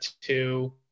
two